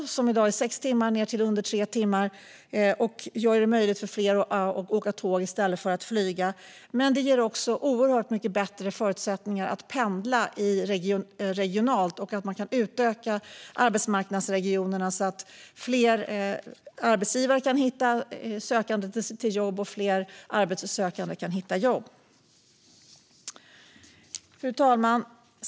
I dag tar det sex timmar, men det förkortas till under tre timmar. Det möjliggör för fler att åka tåg i stället för att flyga. Men det ger också oerhört mycket bättre förutsättningar att pendla regionalt. Man kan därigenom utöka arbetsmarknadsregionerna så att fler arbetsgivare kan hitta sökande till jobb och fler arbetssökande kan hitta jobb. Fru talman!